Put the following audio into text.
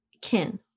Kin